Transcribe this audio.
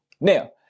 now